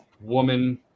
woman